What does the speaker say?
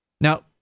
Now